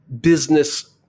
business